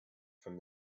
from